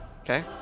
Okay